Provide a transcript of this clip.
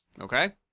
okay